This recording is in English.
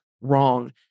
wrong